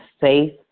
faith